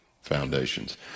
foundations